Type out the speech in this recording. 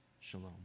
Shalom